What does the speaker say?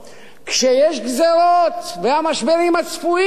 כשיש גזירות והמשברים צפויים,